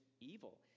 evil